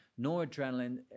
noradrenaline